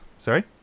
Sorry